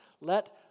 Let